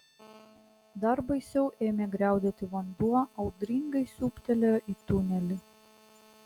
dar baisiau ėmė griaudėti vanduo audringai siūbtelėjo į tunelį